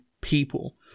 people